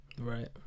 Right